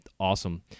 Awesome